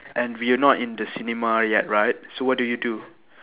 and we're not in the cinema yet right so what do you do